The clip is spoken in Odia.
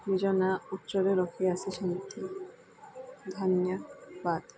ନିଜ ନାଁ ଉଚ୍ଚରେ ରଖି ଆସିଛନ୍ତି ଧନ୍ୟବାଦ